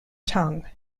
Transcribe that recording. tongue